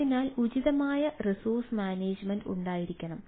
അതിനാൽ ഉചിതമായ resource management ഉണ്ടായിരിക്കണം